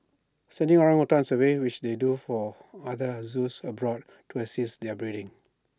sending orangutans away which they do for other zoos abroad to assist with breeding